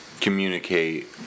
communicate